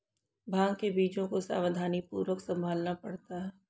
भांग के बीजों को सावधानीपूर्वक संभालना पड़ता है